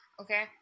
okay